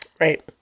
Right